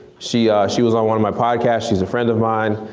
she she was on one of my podcasts, she's a friend of mine,